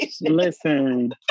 Listen